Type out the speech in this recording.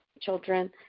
children